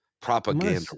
Propaganda